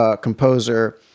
composer